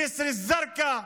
ג'יסר א-זרקא,